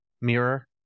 mirror